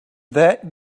that